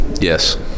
Yes